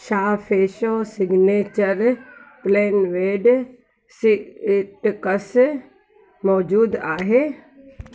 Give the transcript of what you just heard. छा Fresho signature plain bread sticks मौजूदु आहे